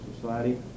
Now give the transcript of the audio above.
Society